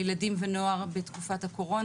ילדים ונוער בתקופת הקורונה,